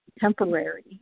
temporary